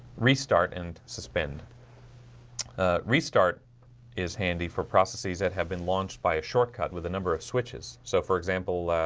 restart and suspend restart is handy for processes that have been launched by a shortcut with a number of switches so for example,